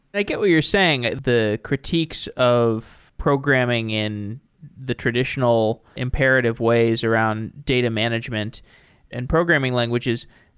i get what you're saying it, the critiques of programming in the traditional imperative ways around data management and programming languages.